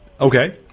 Okay